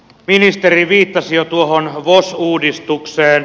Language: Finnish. ministeri viittasi jo tuohon vos uudistukseen